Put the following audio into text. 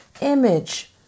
image